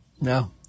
No